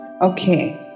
okay